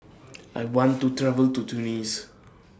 I want to travel to Tunis